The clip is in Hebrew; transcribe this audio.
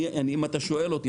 אם אתה שואל אותי,